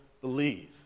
believe